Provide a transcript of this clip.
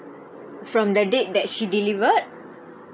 from the date that she delivered